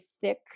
thick